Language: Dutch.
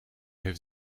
heeft